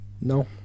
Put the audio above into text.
no